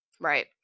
Right